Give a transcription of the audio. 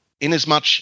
inasmuch